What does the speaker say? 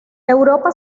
europa